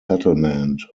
settlement